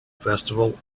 festival